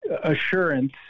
assurance